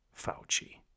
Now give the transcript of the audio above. Fauci